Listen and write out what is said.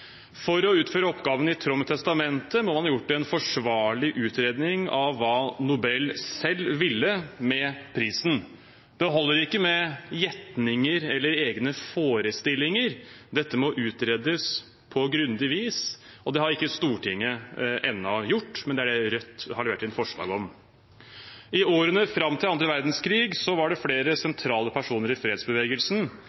For å utføre oppgaven i tråd med testamentet må man ha gjort en forsvarlig utredning av hva Nobel selv ville med prisen. Det holder ikke med gjetninger eller egne forestillinger, dette må utredes på grundig vis. Det har Stortinget ennå ikke gjort, men det er det Rødt har levert inn forslag om. I årene fram til annen verdenskrig var det flere